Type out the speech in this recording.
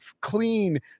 clean